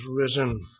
risen